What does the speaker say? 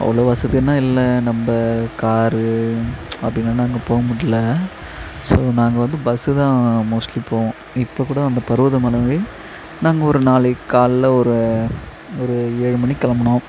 அவ்வளோ வசதின்னா இல்லை நம்ம காரு அப்படில்லாம் நாங்கள் போக முடியல ஸோ நாங்கள் வந்து பஸ்ஸு தான் மோஸ்ட்லி போவோம் இப்போ கூட அந்த பர்வத மலை நாங்கள் ஒரு நாளைக்கு காலைல ஒரு ஒரு ஏழு மணிக்கு கிளம்புனோம்